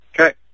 Okay